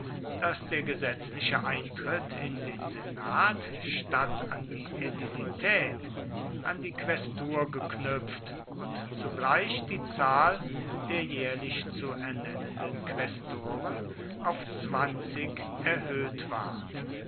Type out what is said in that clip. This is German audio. daß der gesetzliche eintritt in den senat statt an die ädilität an die quästur geknüpft und zugleich die zahl der jährlich zu ernennenden quästoren auf zwanzig erhöht ward